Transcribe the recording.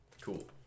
Cool